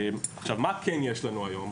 מה כן יש לנו היום.